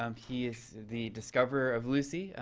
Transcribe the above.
um he's the discoverer of lucy.